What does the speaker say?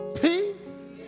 peace